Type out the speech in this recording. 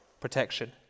protection